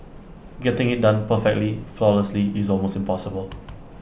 getting IT done perfectly flawlessly is almost impossible